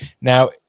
now